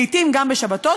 לעתים גם בשבתות,